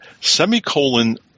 semicolon